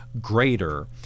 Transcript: greater